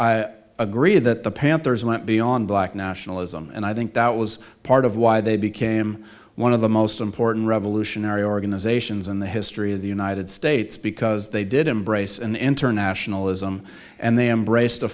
i agree that the panthers went beyond black nationalism and i think that was part of why they became one of the most important revolutionary organizations in the history of the united states because they did embrace and internationalism and they embr